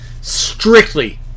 Strictly